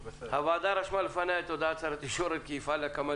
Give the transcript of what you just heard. הוועדה רשמה לפניה את הודעת שר התקשורת כי יפעל להקמת